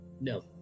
no